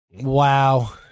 Wow